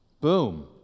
boom